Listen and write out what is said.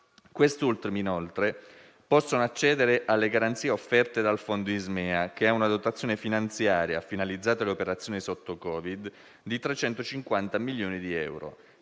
Questi ultimi, inoltre, possono accedere alle garanzie offerte dal fondo Ismea, che ha una dotazione finanziaria finalizzata alle operazioni in periodo Covid di 350 milioni di euro.